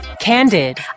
Candid